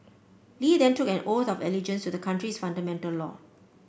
Li then took an oath of allegiance to the country's fundamental law